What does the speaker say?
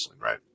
right